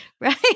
right